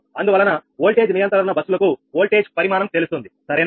అందువలన వోల్టేజ్ నియంత్రణ బస్సులకు వోల్టేజ్ పరిమాణం తెలుస్తుంది సరేనా